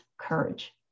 courage